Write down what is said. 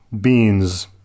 beans